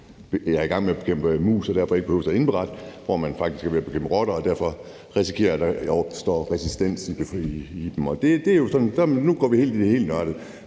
man er i gang med at bekæmpe mus, og at man derfor ikke behøver at indberette det, når man faktisk er ved at bekæmpe dem, og derfor risikerer, at der opstår resistens i dem, men nu går vi jo så ind i det helt nørdede.